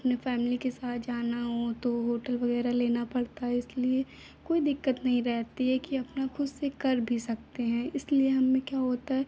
अपनी फ़ैमिली के साथ जाना हो तो होटल वग़ैरह लेना पड़ता है इसलिए कोई दिक्कत नहीं रहती है कि अपना खुद से कर भी सकते हैं इसलिए हमने क्या होता है